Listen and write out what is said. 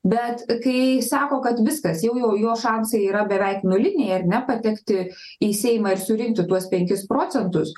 bet kai sako kad viskas jau jau jo šansai yra beveik nuliniai ar ne patekti į seimą ir surinkti tuos penkis procentus